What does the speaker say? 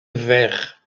vert